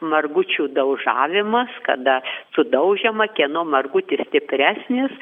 margučių daužavimas kada sudaužiama kieno margutis stipresnis